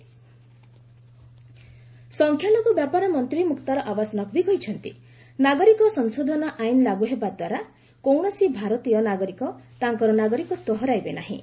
Naqvi minority ସଂଖ୍ୟାଲଘୁ ବ୍ୟାପାର ମନ୍ତ୍ରୀ ମୁକ୍ତାର ଆବାସ ନକ୍ବୀ କହିଛନ୍ତି ନାଗରିକ ସଂଶୋଧନ ଆଇନ୍ ଲାଗୁ ହେବା ଦ୍ୱାରା କୌଣସି ଭାରତୀୟ ନାଗରିକ ତାଙ୍କର ନାଗରିକତ୍ୱ ହରାଇବେ ନାହିଁ